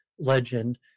legend